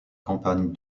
campagne